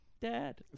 dad